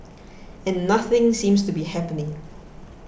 and nothing seems to be happening